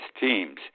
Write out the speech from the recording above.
teams